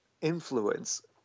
influence